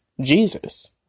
Jesus